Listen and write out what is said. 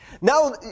Now